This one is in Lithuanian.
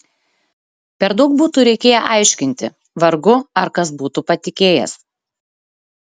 per daug būtų reikėję aiškinti vargu ar kas būtų patikėjęs